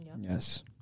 yes